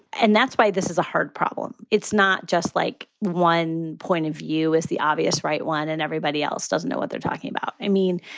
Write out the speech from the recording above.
and that's why this is a hard problem. it's not just like one point of view is the obvious, right. one. and everybody else doesn't know what they're talking about. i mean,